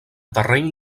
terreny